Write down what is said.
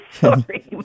sorry